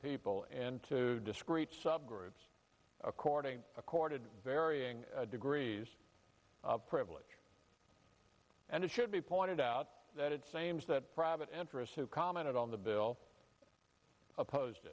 people into discrete groups according to corded varying degrees privilege and it should be pointed out that it seems that private interests who commented on the bill opposed